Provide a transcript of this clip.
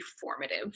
formative